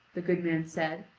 the good man said,